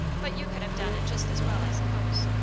but you could have done it just as well, i suppose.